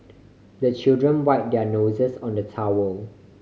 the children wipe their noses on the towel